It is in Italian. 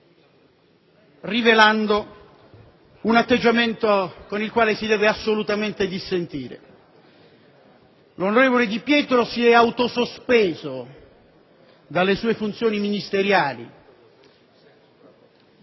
rivelando un atteggiamento con il quale si deve assolutamente dissentire. L'onorevole Di Pietro si è autosospeso dalle proprie funzioni ...